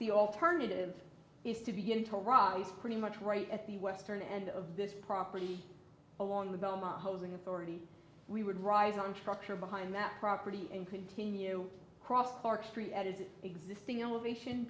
the alternative is to begin to run pretty much right at the western end of this property along the belmont hosing authority we would rise on truck or behind that property and continue cross park street as existing elevation